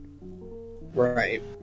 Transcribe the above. Right